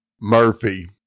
Murphy